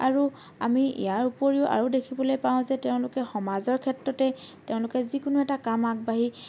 আৰু আমি ইয়াৰ উপৰিও আৰু দেখিবলৈ পাওঁ যে তেওঁলোকে সমাজৰ ক্ষেত্ৰতেই তেওঁলোকে যি কোনো এটা কাম আগবাঢ়ি